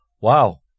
wow